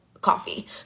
coffee